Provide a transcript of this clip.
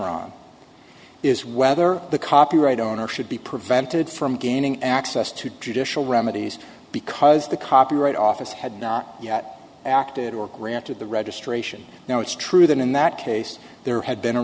on is whether the copyright owner should be prevented from gaining access to dish all remedies because the copyright office had not yet acted or granted the registration now it's true that in that case there had been a